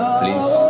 please